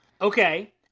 Okay